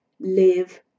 live